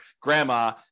grandma